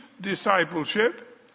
discipleship